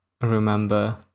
remember